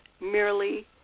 merely